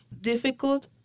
difficult